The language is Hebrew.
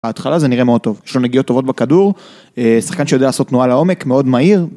ההתחלה זה נראה מאוד טוב, יש לו נגיעות טובות בכדור, שחקן שיודע לעשות תנועה לעומק, מאוד מהיר.